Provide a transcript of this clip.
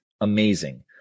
amazing